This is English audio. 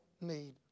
need